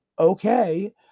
Okay